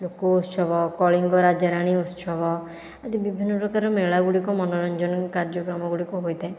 ଲୋକ ଉତ୍ସବ କଳିଙ୍ଗ ରାଜରାଣୀ ଉତ୍ସବ ଆଦି ବିଭିନ୍ନ ପ୍ରକାର ମେଳା ଗୁଡ଼ିକ ମନୋରଞ୍ଜନ କାର୍ଯ୍ୟକ୍ରମ ଗୁଡ଼ିକ ହୋଇଥାଏ